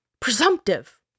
presumptive